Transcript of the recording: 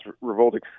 revolting